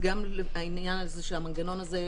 גם העניין הזה שהמנגנון הזה מפרט,